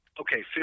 Okay